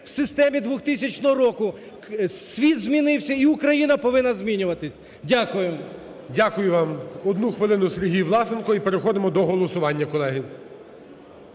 в системі 2000 року, світ змінився і Україна повинна змінюватися. Дякую. ГОЛОВУЮЧИЙ. Дякую вам. Одна хвилина, Сергій Власенко і переходимо до голосування, колеги.